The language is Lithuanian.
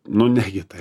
nu ne ji tai